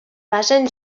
basen